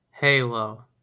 Halo